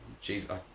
jesus